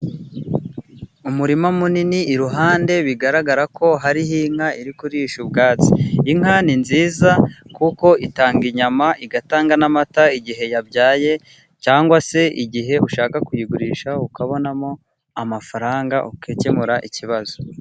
Umurima munini iruhande bigaragara ko hariho inka iri kurisha ubwatsi. Inka ni nziza kuko itanga inyama, igatanga n'amata igihe yabyaye, cyangwa se igihe ushaka kuyigurisha ukabonamo amafaranga, ugakemura ikibazo.